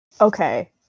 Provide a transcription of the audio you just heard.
Okay